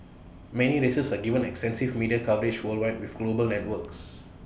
many races are given extensive media coverage worldwide with global networks